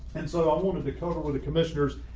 and so i wanted to cover with the commissioners